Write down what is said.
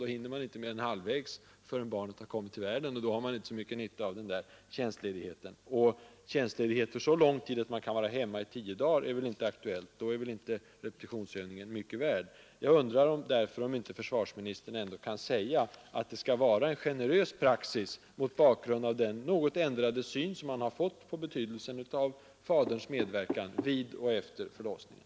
Då hinner man inte mer än halvvägs förrän barnet har kommit till världen, och då har man inte mycket nytta av tjänstledigheten. Och tjänstledighet för så lång tid att man kan vara hemma tio dagar är väl inte aktuell. Då är väl inte repetitionsövningen mycket värd. Jag undrar därför om försvarsministern ändå inte skulle kunna förklara att praxis i sådana här fall skall vara generös, mot bakgrunden av den något ändrade syn vi nu har fått på betydelsen av faderns medverkan vid och efter förlossningen.